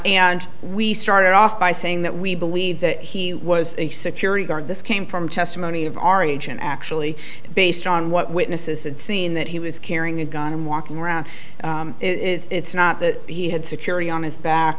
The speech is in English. and we started off by saying that we believe that he was a security guard this came from testimony of our agent actually based on what witnesses had seen that he was carrying a gun and walking around it's not that he had security on his back